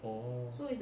orh